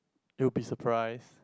you will be surprised